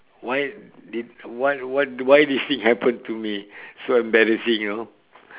why did why why why this thing happen to me so embarrassing you know